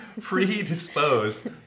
Predisposed